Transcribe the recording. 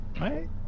right